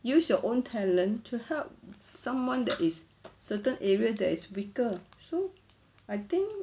use your own talent to help someone that is certain area that is weaker so I think